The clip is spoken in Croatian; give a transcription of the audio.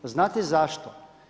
Znate zašto?